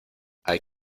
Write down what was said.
hay